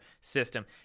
system